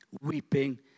Weeping